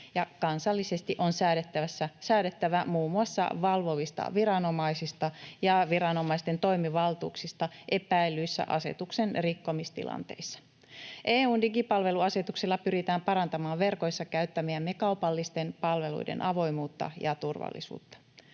kansallisesti on säädettävä muun muassa valvovista viranomaisista ja viranomaisten toimivaltuuksista epäillyissä asetuksen rikkomistilanteissa. EU:n digipalveluasetuksella pyritään parantamaan verkoissa käyttämiemme kaupallisten palveluiden avoimuutta ja turvallisuutta.